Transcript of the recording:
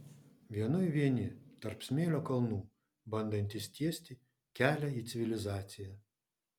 vienui vieni tarp smėlio kalnų bandantys tiesti kelią į civilizaciją